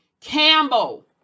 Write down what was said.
Campbell